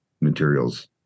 materials